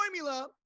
formula